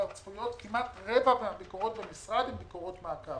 כמעט רבע מהביקורות במשרד הן ביקורות מעקב.